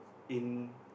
in